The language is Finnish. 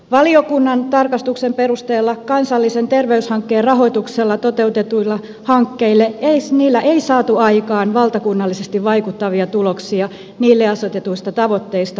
valiokunnan tarkastuksen perusteella kansallisen terveyshankkeen rahoituksella toteutetuilla hankkeilla ei saatu aikaan valtakunnallisesti vaikuttavia tuloksia niille asetetuista tavoitteista huolimatta